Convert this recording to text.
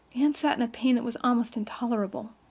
anne sat in a pain that was almost intolerable.